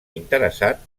interessat